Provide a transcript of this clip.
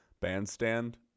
bandstand